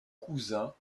cousins